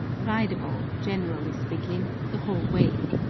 ridable, generally speaking, the whole way.